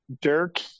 Dirk